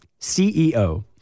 CEO